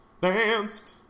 danced